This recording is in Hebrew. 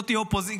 לא תהיה קואליציה,